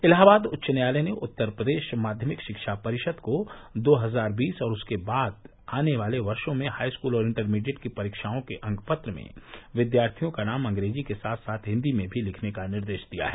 इलाहाबाद उच्च न्यायालय ने उत्तर प्रदेश माध्यमिक शिक्षा परिषद को दो हजार बीस और उसके बाद आने वाले वर्षो में हाईस्कूल और इण्टरमीडिएट की परीक्षाओ के अंकपत्र में विद्यार्थियों का नाम अंग्रेजी के साथ साथ हिन्दी में भी लिखने का निर्देश दिया है